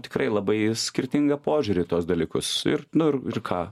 tikrai labai skirtingą požiūrį į tuos dalykus ir nu ir ir ką